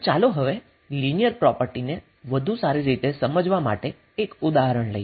તો ચાલો હવે લિનિયર પ્રોપર્ટીને વધુ સારી રીતે સમજવા માટે એક ઉદાહરણ લઈએ